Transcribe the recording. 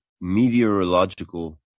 meteorological